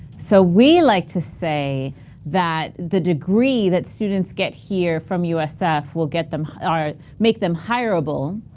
so, we like to say that the degree that students get here from usf will get them make them hirable.